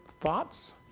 thoughts